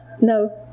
no